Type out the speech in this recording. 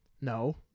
No